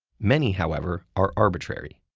many, however, are arbitrary.